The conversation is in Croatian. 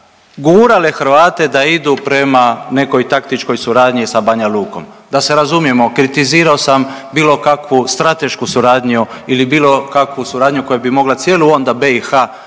gurale Hrvate da idu prema nekoj taktičkoj suradnji sa Banja Lukom. Da se razumijemo kritizirao sam bilo kakvu stratešku suradnju ili bilo kakvu suradnju koja bi mogla cijelu onda BiH staviti